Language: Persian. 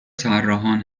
طراحان